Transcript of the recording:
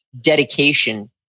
dedication